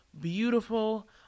beautiful